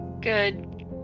Good